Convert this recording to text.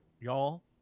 y'all